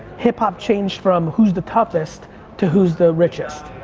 hip hop changed from who's the toughest to who's the richest?